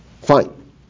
Fine